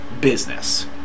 business